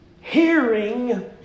hearing